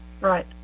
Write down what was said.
Right